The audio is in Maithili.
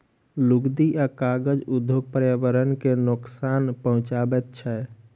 लुगदी आ कागज उद्योग पर्यावरण के नोकसान पहुँचाबैत छै